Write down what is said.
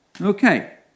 Okay